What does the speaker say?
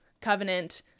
covenant—